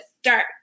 start